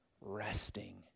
resting